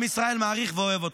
עם ישראל מעריך ואוהב אתכם.